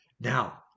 Now